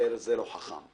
בדה-מרקר זה לא חכם.